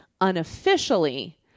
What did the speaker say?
unofficially